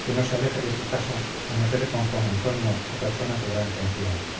que no se aleje de tu casa a no ser con juan antonio o personas de gran confianza